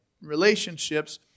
relationships